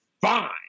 fine